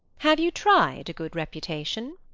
have you tried a good reputation?